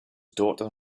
daughter